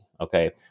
Okay